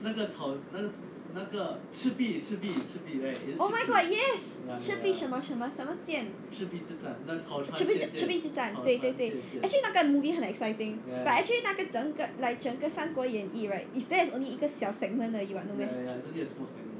oh my god yes 赤壁什么什么什么剑赤壁赤壁之战对对对 actually 那个 movie 很 exciting but actually 那个整个 like 整个三国演义 right it's that's only 一个小 segment 而已 [what] no meh